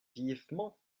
vivement